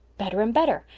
better and better.